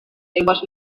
seues